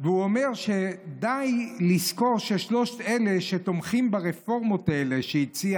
הוא אומר שדי לזכור את שלושת אלה שתומכים ברפורמות האלה שהציע